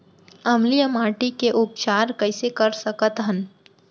अम्लीय माटी के उपचार कइसे कर सकत हन?